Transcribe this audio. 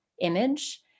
image